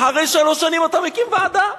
אחרי שלוש שנים אתה מקים ועדה?